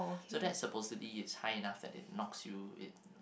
so that's supposed to be is high enough that it knocks you it